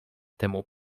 temu